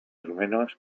menos